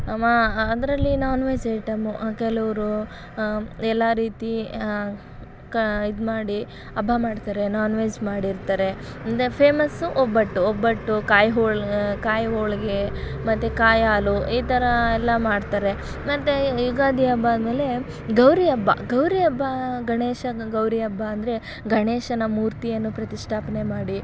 ಅವ ಅದರಲ್ಲಿ non veg item ಕೆಲವರು ಎಲ್ಲ ರೀತಿ ಕ ಇದು ಮಾಡಿ ಹಬ್ಬ ಮಾಡ್ತಾರೆ ನಾನ್ ವೆಜ್ ಮಾಡಿರ್ತಾರೆ ಅಂದರೆ ಫೇಮಸ್ಸು ಒಬ್ಬಟ್ಟು ಒಬ್ಬಟ್ಟು ಕಾಯಿ ಹೋಳು ಕಾಯಿ ಹೋಳಿಗೆ ಮತ್ತು ಕಾಯಿ ಹಾಲು ಈ ಥರ ಎಲ್ಲ ಮಾಡ್ತಾರೆ ಮತ್ತು ಯುಗಾದಿ ಹಬ್ಬ ಆದ್ಮೇಲೆ ಗೌರಿ ಹಬ್ಬ ಗೌರಿ ಹಬ್ಬ ಗಣೇಶನ ಗೌರಿ ಹಬ್ಬ ಅಂದರೆ ಗಣೇಶನ ಮೂರ್ತಿಯನ್ನು ಪ್ರತಿಷ್ಠಾಪನೆ ಮಾಡಿ